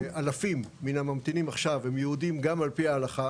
שאלפים מהממתינים עכשיו, הם יהודים גם על פי ההלכה